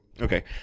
Okay